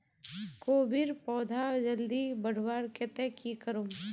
कोबीर पौधा जल्दी बढ़वार केते की करूम?